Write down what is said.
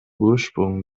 ursprung